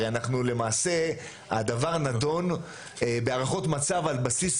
הרי אנחנו לעשה הדבר הנדון בהערכות מצב על בסיס